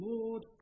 Lord